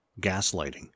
gaslighting